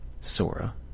Sora